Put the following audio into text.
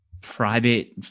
private